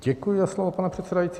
Děkuji za slovo, pane předsedající.